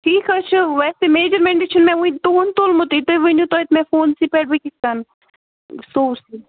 ٹھیٖک حظ چھُ ویسے میجَرمٮ۪نٹٕے چھُنہٕ مےٚ وٕنۍ تُہُنٛد تُلمتُے تُہۍ ؤنو تویتہِ مےٚ فونسٕے پٮ۪ٹھ بہٕ کِتھ کَن سُوٕ سُہ